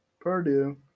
Purdue